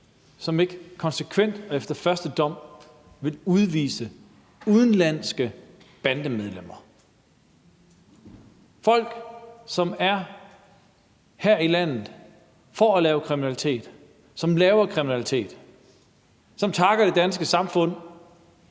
som ikke konsekvent og efter første dom vil udvise udenlandske bandemedlemmer. Det er folk, som er her i landet for at lave kriminalitet, som laver kriminalitet, og som takker det danske samfund